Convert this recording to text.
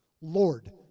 Lord